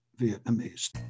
Vietnamese